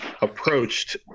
approached